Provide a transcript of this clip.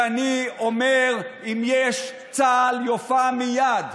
ואני אומר: אם יש צה"ל, יופיע מייד,